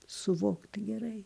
suvokti gerai